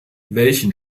welchen